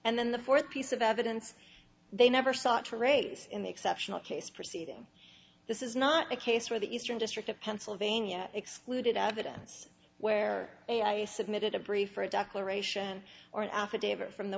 and then the fourth piece of evidence they never sought to raise in the exceptional case proceeding this is not a case where the eastern district of pennsylvania excluded evidence where a i submitted a brief or a declaration or an affidavit from the